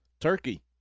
Turkey